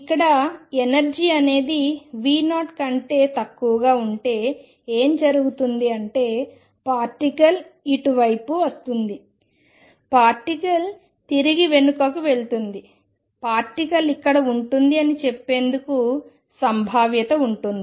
ఇప్పుడు ఎనర్జీ అనేది V0 కంటే తక్కువగా ఉంటే ఏమి జరుగుతుంది అంటే పార్టికల్ ఇటు వైపు వస్తుంది పార్టికల్ తిరిగి వెనుకకి వెళ్తుంది పార్టికల్ ఇక్కడ ఉంటుంది అని చెప్పేందుకు సంభావ్యత ఉంటుంది